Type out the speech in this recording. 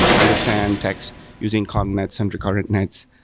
understand texts using cog nets and recurring nets.